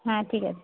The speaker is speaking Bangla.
হ্যাঁ ঠিক আছে